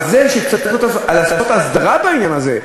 אבל זה שצריך לעשות הסדרה בעניין הזה,